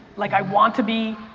like i want to be,